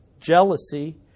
jealousy